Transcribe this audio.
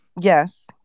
Yes